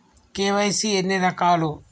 KYC ఎన్ని రకాలు?